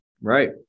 Right